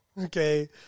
okay